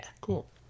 Cool